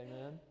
amen